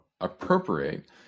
appropriate